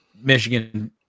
Michigan